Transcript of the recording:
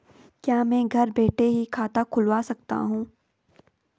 क्या मैं घर बैठे ही खाता खुलवा सकता हूँ?